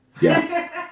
Yes